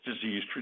disease